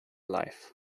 life